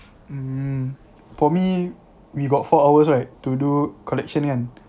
mm for me we got four hours right to do collection kan